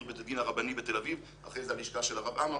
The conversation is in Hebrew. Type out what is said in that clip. בית הדין הרבני בתל-אביב ואחרי זה מהלשכה של הרב עמר.